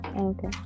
Okay